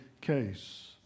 case